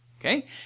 Okay